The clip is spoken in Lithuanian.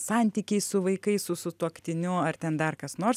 santykiai su vaikais su sutuoktiniu ar ten dar kas nors